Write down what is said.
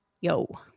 yo